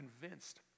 convinced